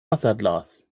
wasserglas